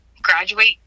Graduate